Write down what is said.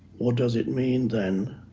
what does it mean then